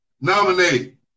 nominate